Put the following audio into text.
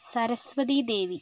Saraswati Devi